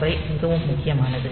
5 மிகவும் முக்கியமானது